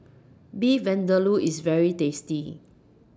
Beef Vindaloo IS very tasty